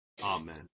Amen